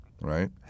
right